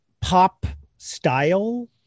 pop-style